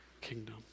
kingdom